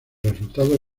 resultados